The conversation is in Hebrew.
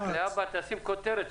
להבא תשים כותרת,